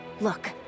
Look